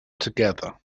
together